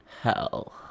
Hell